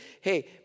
hey